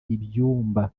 ibyumba